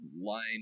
line